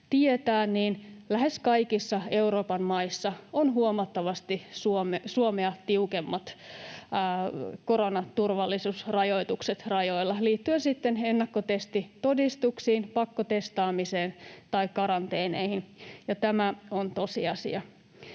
lähes kaikissa Euroopan maissa on huomattavasti Suomea tiukemmat koronaturvallisuusrajoitukset rajoilla liittyen sitten ennakkotestitodistuksiin, pakkotestaamisen tai karanteeneihin. Tämä on tosiasia.